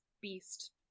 beast